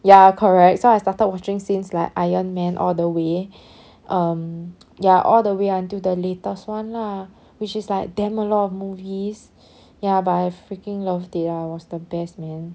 ya correct so I started watching since like iron man all the way um ya all the way until the latest one lah which is like damn a lot of movies ya but I freaking love their wars the best man